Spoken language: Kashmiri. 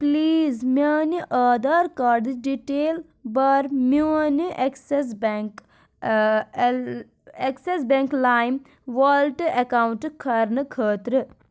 پلیز میانہِ آدھار کاڑٕچ ڈیٚٹیل بَر میونہِ ایکسٮ۪س بینٚک ایٚکسٮ۪س بیٚنٛک لایِم والیٹ ایکونٛٹ کھارنہٕ خٲطرٕ